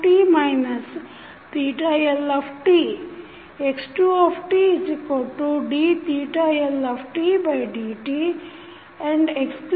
x1tmt Lt x2tdLtdtandx3tdmdt